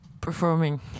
Performing